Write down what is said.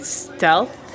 stealth